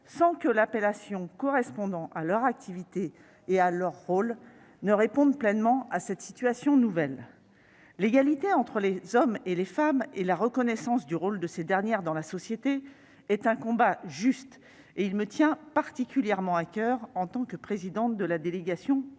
sans que l'appellation correspondant à leur activité et à leur rôle réponde pleinement à cette situation nouvelle. L'égalité entre les hommes et les femmes ainsi que la reconnaissance du rôle de ces dernières dans la société est un combat juste, qui me tient particulièrement à coeur en tant que présidente de la délégation aux